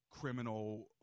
criminal